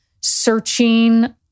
searching